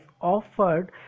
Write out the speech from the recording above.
offered